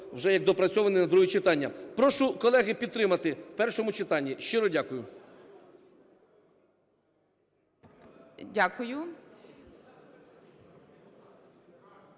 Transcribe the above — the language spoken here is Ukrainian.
вже як доопрацьований на друге читання. Прошу, колеги, підтримати в першому читанні. Щиро дякую.